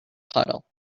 puddle